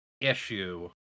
issue